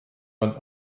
man